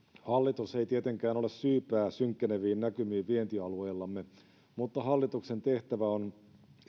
hallitus ei tietenkään ole syypää synkkeneviin näkymiin vientialueellamme mutta hallituksen tehtävä on